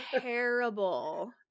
terrible